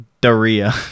Daria